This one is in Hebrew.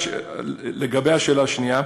לגבי השאלה השנייה,